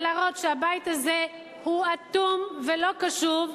ולהראות שהבית הזה הוא אטום ולא קשוב,